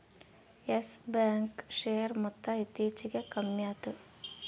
Yes Bank share ಮೊತ್ತ ಇತ್ತೀಚಿಗೆ ಕಮ್ಮ್ಯಾತು